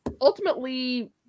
ultimately